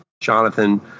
Jonathan